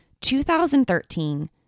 2013